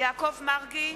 יעקב מרגי,